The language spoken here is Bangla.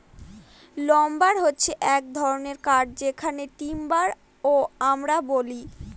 লাম্বার হছে এক ধরনের কাঠ যেটাকে টিম্বার ও আমরা বলি